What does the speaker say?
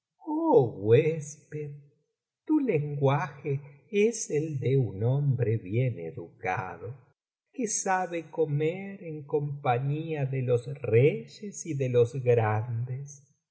tu lenguaje es el de un hombre bien educado que sabe comer en compañía de los reyes y de los grandes